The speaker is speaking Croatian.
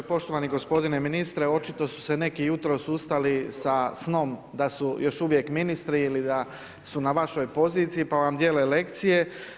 Poštovani gospodine ministre očito su se neki jutros ustali sa snom da su još uvijek ministri ili da su na vašoj poziciji pa vam dijele lekcije.